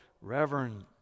Reverend